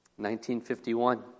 1951